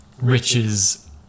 riches